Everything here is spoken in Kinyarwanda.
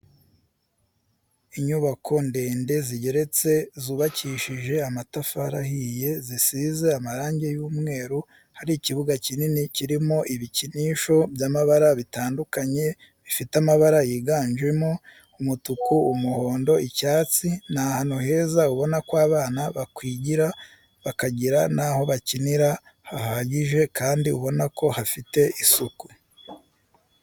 Inyubako ndende zigeretse zubakishije amatafari ahiye zisize amarangi y'umweru hari ikibuga kinini kirimo ibikinisho by'abana bitandukanye bifite amabara yiganjemo umutuku, umuhondo, icyatsi ni ahantu heza ubona ko abana bakwigira bakagira n'aho bakinira hahagije, kandi ubonako hafite isuku.